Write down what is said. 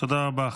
תודה רבה.